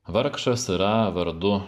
vargšas yra vardu